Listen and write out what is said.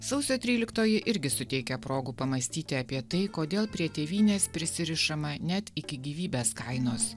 sausio tryliktoji irgi suteikia progų pamąstyti apie tai kodėl prie tėvynės prisirišama net iki gyvybės kainos